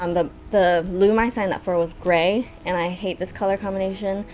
um the the loom i signed up for was grey, and i hate this color combination,